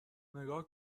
نگاه